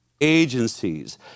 Agencies